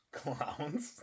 clowns